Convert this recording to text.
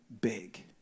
big